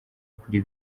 kuri